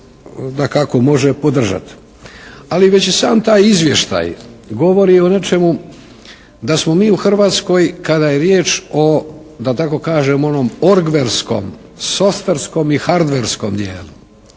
dakako može podržati. Ali već i sam taj izvještaj govori o nečemu da smo mi u Hrvatskoj kada je riječ o da tako kažem onom «borgberskom», «softwerskom» i «hardwerskom» dijelu